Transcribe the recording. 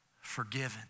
forgiven